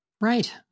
Right